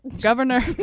Governor